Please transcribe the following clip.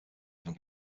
even